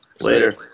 Later